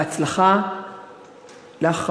בהצלחה לך,